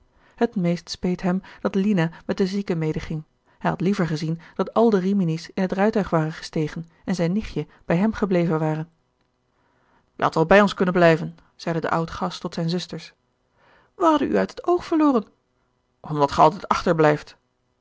het meest speet hem dat lina met de zieke medeging hij had liever gezien dat al de rimini's in het rijtuig waren gestegen en zijn nichtje bij hem gebleven ware je hadt wel bij ons kunnen blijven zeide de oud gast tot zijne zusters wij hadden u uit t oog verloren omdat ge altijd achterblijft